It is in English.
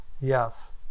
yes